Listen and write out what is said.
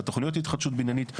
בתוכניות התחדשות עירונית.